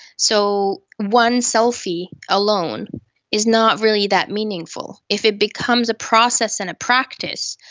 so one selfie alone is not really that meaningful. if it becomes a process and a practice,